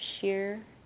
sheer